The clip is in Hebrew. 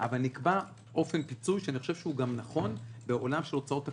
אבל נקבע אופן פיצוי שאני חושב שהוא נכון בעולם של ההוצאות הקבועות.